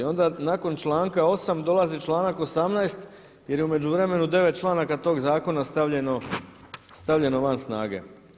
Onda nakon članka 8. dolazi članak 18. jer je u međuvremenu 9 članaka tog zakona stavljeno van snage.